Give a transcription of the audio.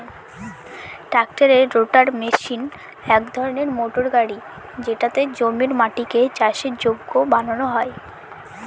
ট্রাক্টরের রোটাটার মেশিন এক ধরনের মোটর গাড়ি যেটাতে জমির মাটিকে চাষের যোগ্য বানানো হয়